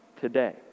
today